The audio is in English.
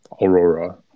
Aurora